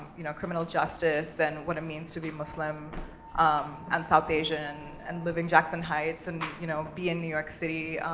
you know, criminal justice, and what it means to be muslim um and south asian, and living jackson heights, and, you know, be in new york city,